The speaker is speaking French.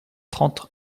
trente